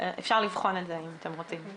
אפשר לבחון את זה אם אתם רוצים.